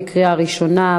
בקריאה ראשונה.